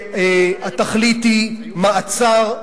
התכלית היא מעצר,